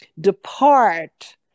depart